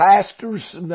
pastors